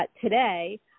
today